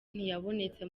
ntiyabonetse